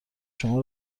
شما